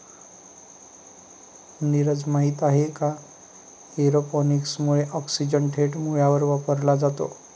नीरज, माहित आहे का एरोपोनिक्स मुळे ऑक्सिजन थेट मुळांवर वापरला जातो